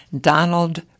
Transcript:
Donald